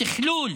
תכלול,